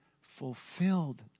fulfilled